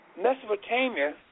Mesopotamia